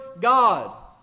God